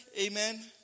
amen